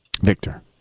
Victor